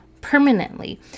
permanently